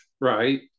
right